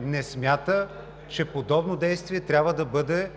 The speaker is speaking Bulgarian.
не смята, че подобно действие трябва да бъде